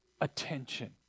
attention